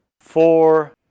Four